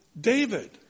David